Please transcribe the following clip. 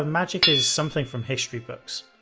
ah magick is something from history books.